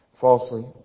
falsely